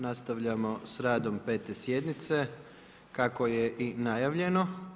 Nastavljamo s radom 5. sjednice kako je i najavljeno.